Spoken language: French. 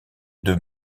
deux